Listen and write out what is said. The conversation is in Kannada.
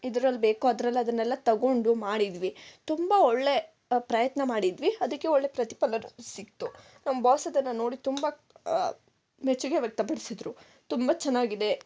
ಇದರಲ್ಬೇಕು ಅದರಲ್ಲಿ ಅದನ್ನೆಲ್ಲ ತೊಗೊಂಡು ಮಾಡಿದ್ವಿ ತುಂಬ ಒಳ್ಳೆ ಪ್ರಯತ್ನ ಮಾಡಿದ್ವಿ ಅದಕ್ಕೆ ಒಳ್ಳೆ ಪ್ರತಿಫಲವು ಸಿಕ್ಕಿತು ನಮ್ಮ ಬಾಸ್ ಇದನ್ನು ನೋಡಿ ತುಂಬ ಮೆಚ್ಚುಗೆ ವ್ಯಕ್ತಪಡಿಸಿದರು ತುಂಬ ಚೆನ್ನಾಗಿದೆ